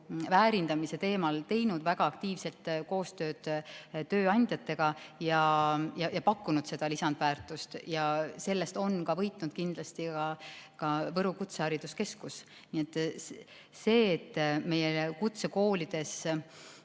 väärindamise teemal teinud väga aktiivset koostööd tööandjatega ja pakkunud seda lisandväärtust. Sellest on võitnud kindlasti ka Võru kutsehariduskeskus. Nii et sellest, et meie kutsekoolides